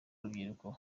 urubyiruko